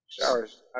Showers